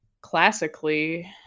classically